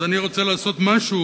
אז אני רוצה לעשות משהו,